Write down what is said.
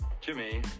Jimmy